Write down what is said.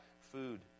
food